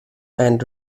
and